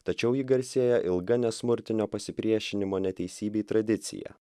tačiau ji garsėja ilga nesmurtinio pasipriešinimo neteisybei tradicija